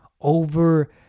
over